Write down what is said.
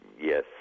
yes